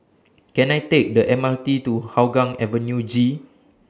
Can I Take The M R T to Hougang Avenue G